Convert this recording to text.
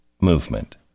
movement